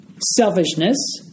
selfishness